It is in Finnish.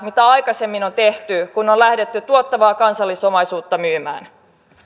mitä aikaisemmin on tehty kun on lähdetty tuottavaa kansallis omaisuutta myymään